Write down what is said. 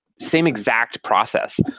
same exact process.